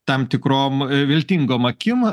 tam tikrom viltingom akim